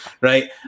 right